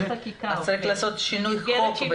להביא את זה --- אז צריך לעשות שינוי חוק,